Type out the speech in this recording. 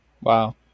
wow